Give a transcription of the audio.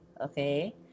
okay